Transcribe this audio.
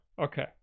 okay